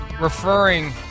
referring